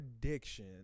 prediction